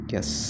Yes